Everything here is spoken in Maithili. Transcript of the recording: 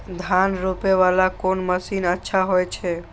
धान रोपे वाला कोन मशीन अच्छा होय छे?